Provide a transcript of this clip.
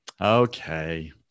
Okay